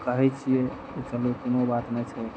कहै छियै की चलू कोनो बात नहि छै